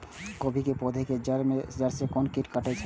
गोभी के पोधा के जड़ से कोन कीट कटे छे?